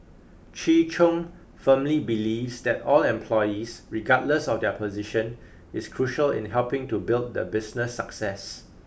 Chi Chung firmly believes that all employees regardless of their position is crucial in helping to build the business success